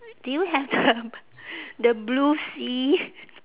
do you have the the blue sea